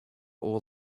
all